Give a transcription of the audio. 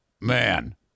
Man